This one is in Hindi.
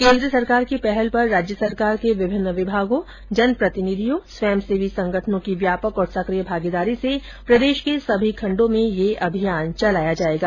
केन्द्र सरकार की पहल पर राज्य सरकार के विभिन्न विभागों जन प्रतिनिधियों स्वंयसेवी संगठनों की व्यापक और सक्रिय भागीदारी से प्रदेश के सभी खण्डों में ये अभियान चलाया जायेगा